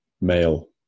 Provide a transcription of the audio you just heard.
male